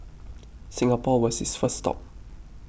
Singapore was his first stop